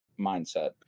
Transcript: mindset